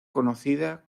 conocida